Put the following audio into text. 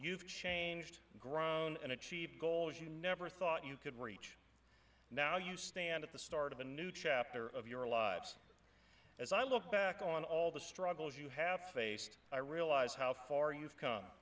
you've changed grown and achieve goals you never thought you could reach now you stand at the start of a new chapter of your lives as i look back on all the struggles you have faced i realize how far you've come